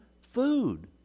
food